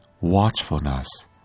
watchfulness